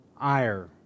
ire